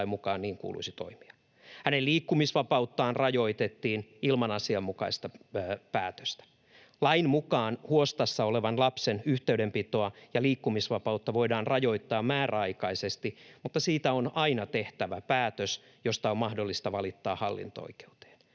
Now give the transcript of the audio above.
mukaan niin kuuluisi toimia. Hänen liikkumisvapauttaan rajoitettiin ilman asianmukaista päätöstä. Lain mukaan huostassa olevan lapsen yhteydenpitoa ja liikkumisvapautta voidaan rajoittaa määräaikaisesti, mutta siitä on aina tehtävä päätös, josta on mahdollista valittaa hallinto-oikeuteen.